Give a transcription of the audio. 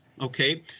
okay